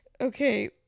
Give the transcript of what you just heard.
okay